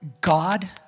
God